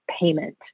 payment